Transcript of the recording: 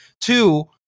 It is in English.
Two